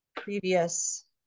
previous